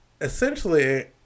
essentially